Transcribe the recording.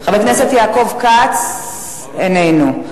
חבר הכנסת יעקב כץ, איננו.